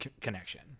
connection